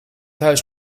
huis